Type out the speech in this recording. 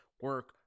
Work